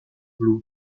blue